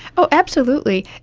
oh absolutely.